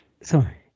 Sorry